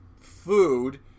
food